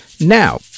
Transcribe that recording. Now